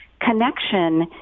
connection